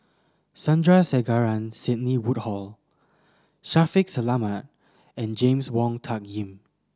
Sandrasegaran Sidney Woodhull Shaffiq Selamat and James Wong Tuck Yim